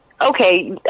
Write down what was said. Okay